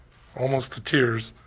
almost to tears,